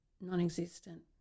non-existent